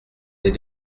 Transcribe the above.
des